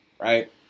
right